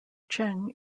cheng